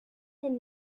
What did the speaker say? den